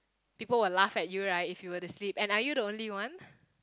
people will laugh at you right if you were to sleep and are you the only one